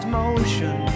motion